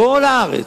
כל הארץ,